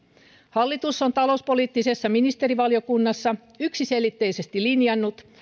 hallitus on talouspoliittisessa ministerivaliokunnassa yksiselitteisesti linjannut